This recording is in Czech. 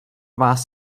vás